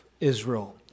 Israel